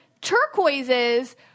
turquoises